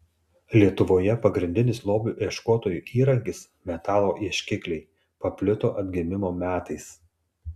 lietuvoje pagrindinis lobių ieškotojų įrankis metalo ieškikliai paplito atgimimo metais